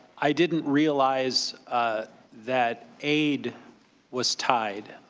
i didn't realize that aid was tied.